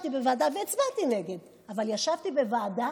ישבתי בוועדה, הצבעתי נגד, אבל ישבתי בוועדה.